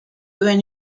when